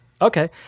Okay